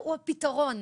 הוא הפתרון.